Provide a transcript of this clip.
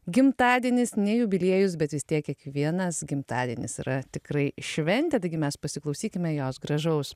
gimtadienis ne jubiliejus bet vis tiek kiekvienas gimtadienis yra tikrai šventė taigi mes pasiklausykime jos gražaus